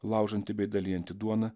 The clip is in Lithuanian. laužanti bei dalijanti duoną